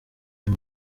iyo